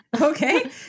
Okay